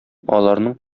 аларның